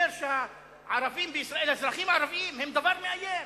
אומר שהערבים האזרחים בישראל הם דבר מאיים,